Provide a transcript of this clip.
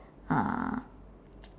uh